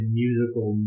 musical